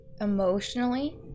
emotionally